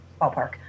ballpark